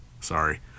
sorry